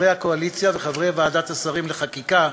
חברי הקואליציה וחברי ועדת השרים לחקיקה,